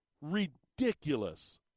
ridiculous